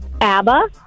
ABBA